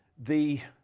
the